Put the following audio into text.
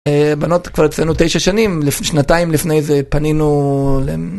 אה... בנות כבר אצלנו תשע שנים, שנתיים לפני זה פנינו...